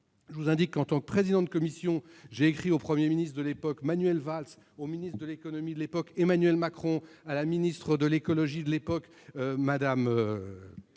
J'indique que, en tant que président de commission, j'avais écrit au Premier ministre de l'époque, Manuel Valls, au ministre de l'économie de l'époque, Emmanuel Macron, et à la ministre de l'écologie de l'époque, Mme